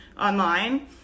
online